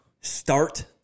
Start